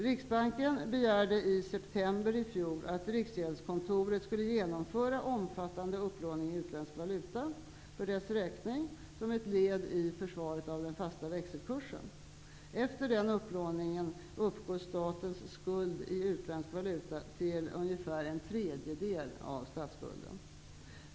Riksbanken begärde i september i fjol att Riksgäldskontoret skulle genomföra en omfattande upplåning i utländsk valuta för dess räkning såsom ett led i försvaret av den fasta växelkursen. Efter den upplåningen uppgår statens skuld i utländsk valuta till ungefär en tredjedel av statsskulden.